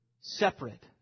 separate